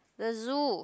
the zoo